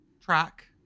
track